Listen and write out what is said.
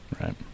Right